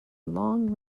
long